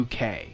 UK